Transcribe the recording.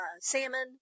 Salmon